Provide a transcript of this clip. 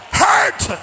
hurt